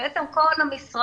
בעצם כל המשרדים,